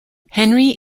henry